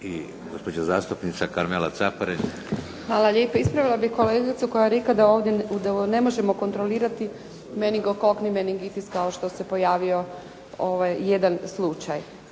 Caparin. **Caparin, Karmela (HDZ)** Hvala lijepa. Ispravila bih kolegicu koja je rekla da ovdje ne možemo kontrolirati menigokokni meningitis kao što se pojavio jedan slučaj.